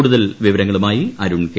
കൂടുതൽ വിവരങ്ങളുമായി അരുൺ കെ